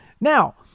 Now